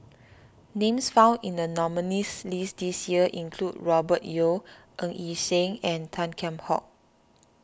names found in the nominees' list this year include Robert Yeo Ng Yi Sheng and Tan Kheam Hock